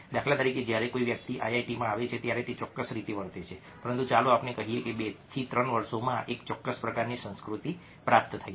દાખલા તરીકે જ્યારે કોઈ વ્યક્તિ IITમાં આવે છે ત્યારે તે ચોક્કસ રીતે વર્તે છે પરંતુ ચાલો આપણે કહીએ કે 2 થી 3 વર્ષોમાં એક ચોક્કસ પ્રકારની સંસ્કૃતિ પ્રાપ્ત થઈ છે